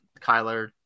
Kyler